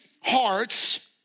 hearts